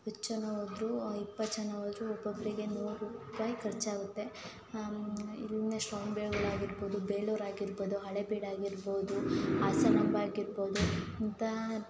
ಎಷ್ಟು ಜನ ಹೋದ್ರು ಇಪ್ಪತ್ತು ಜನ ಹೋದ್ರು ಒಬ್ಬೊಬ್ಬರಿಗೆ ನೂರು ರೂಪಾಯಿ ಖರ್ಚಾಗುತ್ತೆ ಇಲ್ಲಿಂದ ಶ್ರವಣ ಬೆಳಗೊಳ ಆಗಿರ್ಬೋದು ಬೇಲೂರು ಆಗಿರ್ಬೋದು ಹಳೆಬೀಡು ಆಗಿರ್ಬೋದು ಹಾಸನಾಂಬ ಆಗಿರ್ಬೋದು ಇಂಥ